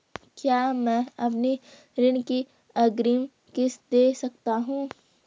क्या मैं अपनी ऋण की अग्रिम किश्त दें सकता हूँ?